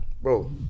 Bro